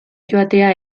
joatea